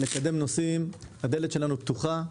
שירצה לקדם נושאים - הדלת שלנו פתוחה.